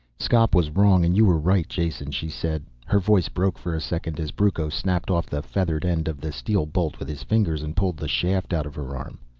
skop was wrong and you were right, jason, she said. her voice broke for a second as brucco snapped off the feathered end of the steel bolt with his fingers, and pulled the shaft out of her arm.